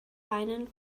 einen